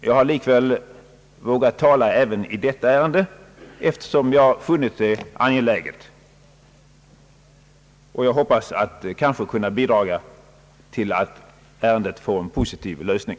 Jag har likväl vågat tala även i detta ärende, eftersom, jag funnit det angeläget, och jag hoppas att jag därigenom skall kunna bidraga till att ärendet får en positiv lösning.